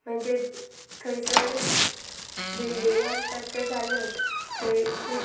म्हणजे थंयसर बिल्डींगे आसतात त्यो जाल्योच थंय खूब